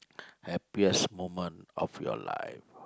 happiest moment of your life